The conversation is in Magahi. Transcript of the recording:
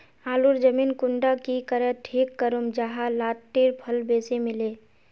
आलूर जमीन कुंडा की करे ठीक करूम जाहा लात्तिर फल बेसी मिले?